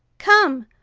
come,